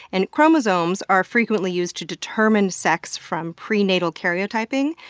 and chromosomes are frequently used to determine sex from prenatal karyotyping.